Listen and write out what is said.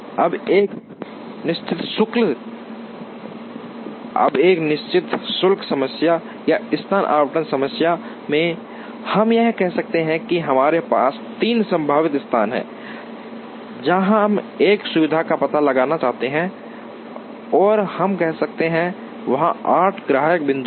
अब एक निश्चित शुल्क समस्या या स्थान आवंटन समस्या में हम यह कह सकते हैं कि हमारे पास तीन संभावित स्थान हैं जहाँ हम एक सुविधा का पता लगाना चाहते हैं और हम कहते हैं वहाँ 8 ग्राहक बिंदु हैं